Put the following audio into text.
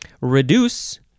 reduce